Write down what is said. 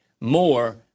more